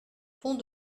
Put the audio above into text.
pont